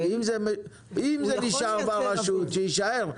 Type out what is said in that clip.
אם זה נשאר ברשות, שיישאר.